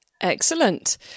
Excellent